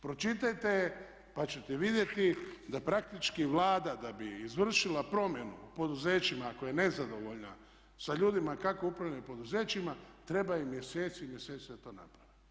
Pročitajte pa ćete vidjeti da praktički Vlada da bi izvršila promjenu poduzećima koja je nezadovoljna, sa ljudima kako upravljaju poduzećima treba im mjeseci i mjeseci da to naprave.